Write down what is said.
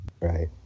Right